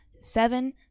seven